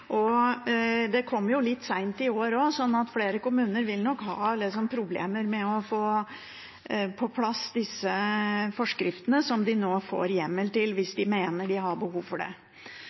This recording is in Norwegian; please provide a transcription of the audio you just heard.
kom litt sent i år også, så flere kommuner vil nok ha problemer med å få på plass disse forskriftene som de nå får hjemmel til, hvis de mener de har behov for det.